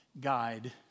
guide